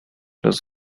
los